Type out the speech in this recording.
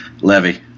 Levy